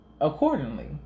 accordingly